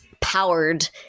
powered